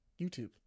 YouTube